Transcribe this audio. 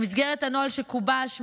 במסגרת הנוהל שגובש,